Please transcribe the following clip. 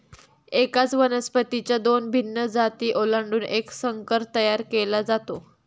एकाच वनस्पतीच्या दोन भिन्न जाती ओलांडून एक संकर तयार केला जातो